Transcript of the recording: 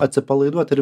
atsipalaiduot ir